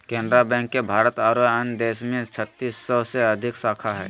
Canara bank के भारत आरो अन्य देश में छत्तीस सौ से अधिक शाखा हइ